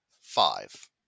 five